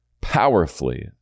powerfully